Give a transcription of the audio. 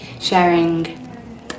sharing